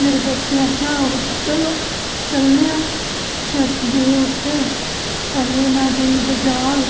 मेरे दोस्तें आखेआ चलो चलने आं ते अस गे उत्थै पैहलें में गेई बजार